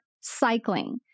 cycling